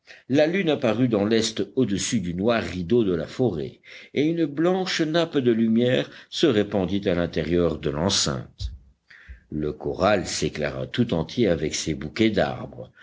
la lune apparut dans l'est au-dessus du noir rideau de la forêt et une blanche nappe de lumière se répandit à l'intérieur de l'enceinte le corral s'éclaira tout entier avec ses bouquets d'arbres